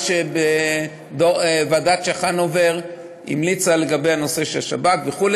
שהמליצה ועדת צ'חנובר בנושא השב"כ וכו',